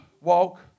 walk